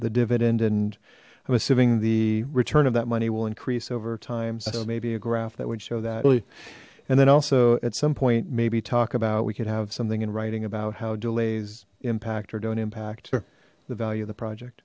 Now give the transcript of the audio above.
the dividend and i'm assuming the return of that money will increase over time so maybe a graph that would show that and then also at some point maybe talk about we could have something in writing about how delays impact or don't impact the value of the project